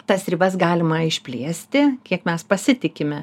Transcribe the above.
tas ribas galima išplėsti kiek mes pasitikime